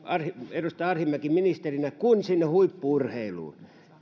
ministerinä kuin sinne huippu urheiluun